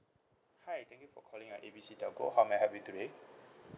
hi thank you for calling uh A B C telco how may I help you today